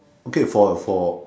okay for for